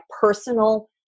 personal